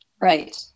Right